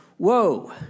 Whoa